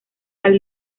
del